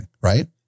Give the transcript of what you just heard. right